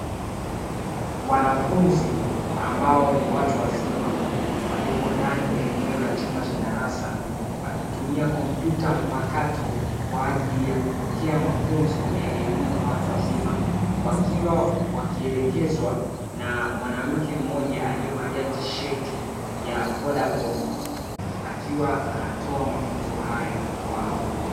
Wanafunzi ambao ni watu wazima, walioko ndani ya eneo la chumba cha darasa, wakitumia kompyuta mpakato kwa ajili ya kupokea mafunzo ya elimu kwa watu wazima, wakiwa wakielekezwa na mwanamke mmoja aliyevalia tisheti ya vodacomu, akiwa anatoa mafunzo hayo.